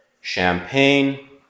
Champagne